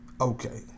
okay